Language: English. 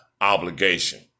obligation